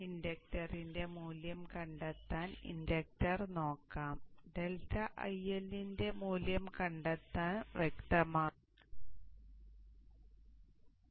അതിനാൽ ഇൻഡക്ടറിന്റെ മൂല്യം കണ്ടെത്താൻ ഇൻഡക്റ്റർ നോക്കാം ∆IL ന്റെ മൂല്യം കണ്ടെത്തുന്നത് വ്യക്തമാകും